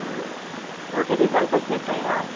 okay results వచ్చేయా